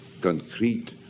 concrete